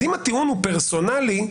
אם הטיעון הוא פרסונלי,